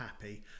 happy